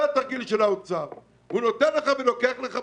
התרגיל של האוצר זה שהוא נותן לך ואז לוקח לך בחזרה,